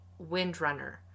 windrunner